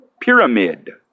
Pyramid